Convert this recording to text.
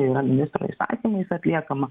yra ministro įsakymais atliekama